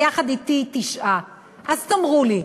וביחד אתי, 9. אז תאמרו לי,